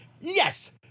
Yes